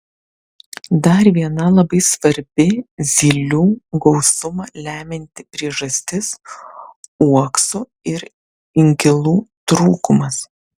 dar viena labai svarbi zylių gausumą lemianti priežastis uoksų ir inkilų trūkumas